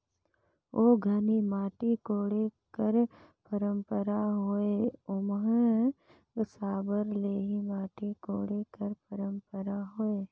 ओ घनी माटी कोड़े कर पंरपरा होए ओम्हे साबर ले ही माटी कोड़े कर परपरा होए